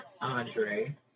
Andre